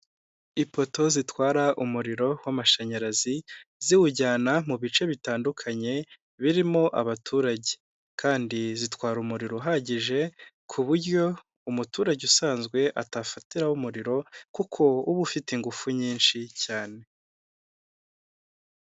Ipoto zitwara umuriro w'amashanyarazi, ziwujyana mu bice bitandukanye birimo abaturage kandi zitwara umuriro uhagije, ku buryo umuturage usanzwe atafatiraho umuriro kuko uba ufite ingufu nyinshi cyane.